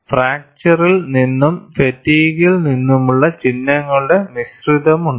ഫ്രാക്ച്ചറിൽ നിന്നും ഫാറ്റിഗ്ഗിൽ നിന്നുമുള്ള ചിഹ്നങ്ങളുടെ മിശ്രിതമുണ്ട്